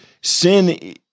sin